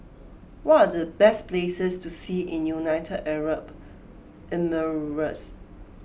what are the best places to see in United Arab Emirates